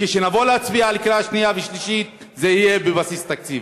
וכשנבוא להצביע בקריאה שנייה ושלישית זה יהיה בבסיס התקציב.